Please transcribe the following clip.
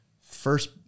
First